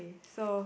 so